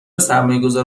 سرمایهگذار